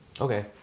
Okay